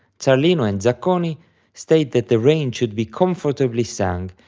zarlino and zacconi state that the range should be comfortably sang,